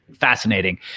fascinating